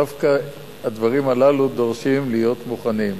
דווקא הדברים הללו דורשים להיות מוכנים.